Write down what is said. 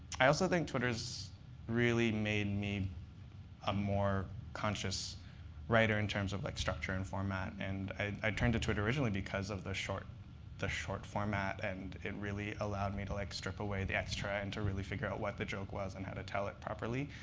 i also think twitter has made me a more conscious writer in terms of like structure and format. and i turned to twitter originally because of the short the short format. and it really allowed me to like strip away the extra and to really figure what the joke was and how to tell it properly.